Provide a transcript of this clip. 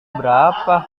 berapa